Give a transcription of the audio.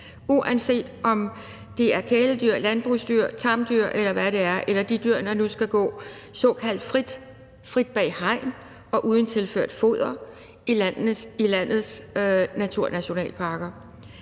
uanset om det er kæledyr, landbrugsdyr, tamdyr, eller hvad det er, eller de dyr, der nu skal gå såkaldt frit, frit bag hegn og uden tilført foder, i landets naturnationalparker.